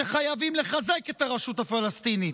שחייבים לחזק את הרשות הפלסטינית,